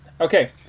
okay